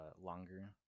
longer